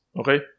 Okay